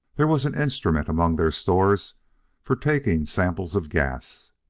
there was an instrument among their stores for taking samples of gas.